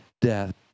death